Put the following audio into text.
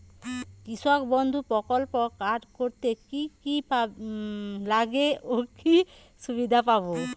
কৃষক বন্ধু প্রকল্প কার্ড করতে কি কি লাগবে ও কি সুবিধা পাব?